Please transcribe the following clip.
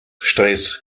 stress